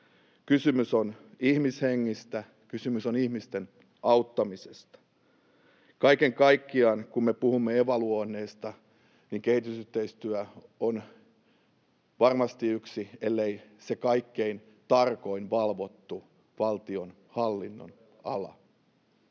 Kysymys on ihmishengistä, kysymys on ihmisten auttamisesta. Kaiken kaikkiaan, kun me puhumme evaluoinneista, niin kehitysyhteistyö on varmasti yksi valvotuimmista ellei se kaikkein tarkimmin valvottu valtionhallinnon ala.